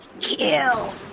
Kill